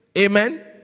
Amen